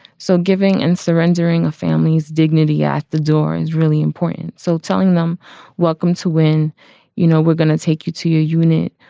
so giving and surrendering a family's dignity at the door is really important. so telling them welcome to when you know, we're gonna take you to your unit,